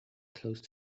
close